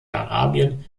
arabien